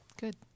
Good